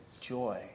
joy